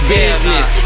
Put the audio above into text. Business